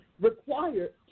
required